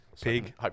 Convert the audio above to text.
pig